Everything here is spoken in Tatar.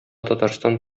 татарстан